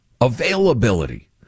availability